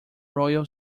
royal